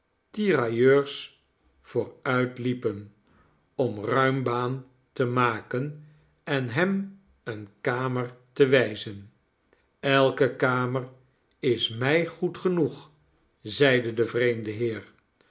tirailleurs vooruitliepen om ruimbaan te maken en hem eene kamer te wijzen elke kamer is mij goed genoeg zeide de vreemde heer